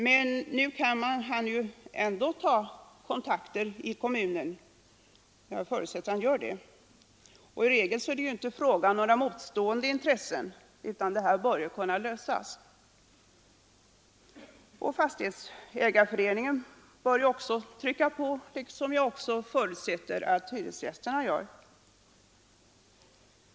Men de kan då ta kontakter i kommunen, och jag förutsätter att de gör det. I regel är det inte fråga om några motstridiga intressen, och problemet bör därför kunna lösas. Även fastighetsägarföreningen bör trycka på, och det förutsätter jag att också hyresgästerna gör.